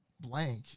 blank